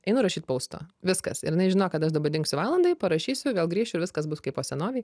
einu rašyt pausto viskas ir jinai žino kad aš dingsiu valandai parašysiu vėl grįš ir viskas bus kai po senovei